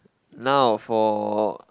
now for